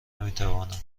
نمیتوانم